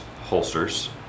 holsters